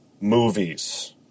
movies